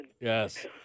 Yes